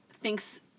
thinks